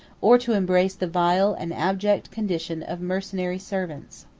or to embrace the vile and abject condition of mercenary servants.